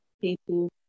people